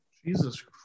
Jesus